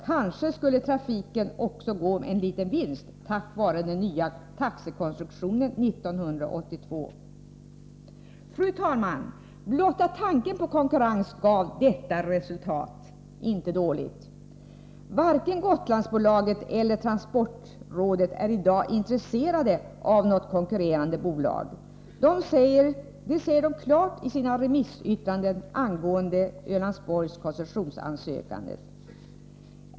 Kanske skulle trafiken också gå med en liten vinst tack vare den nya taxekonstruktionen 1982. Fru talman! Blotta tanken på konkurrens gav detta resultat — inte dåligt. Varken Gotlandsbolaget eller transportrådet är i dag intresserat av något konkurrerande bolag. De säger det klart i sina remissyttranden angående Ölandsborgs koncessionsansökan.